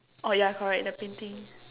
oh yeah correct the painting